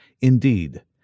Indeed